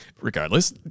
Regardless